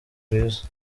rwiza